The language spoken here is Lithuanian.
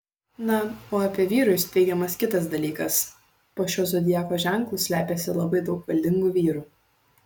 na o apie vyrus teigiamas kitas dalykas po šiuo zodiako ženklu slepiasi labai daug valdingų vyrų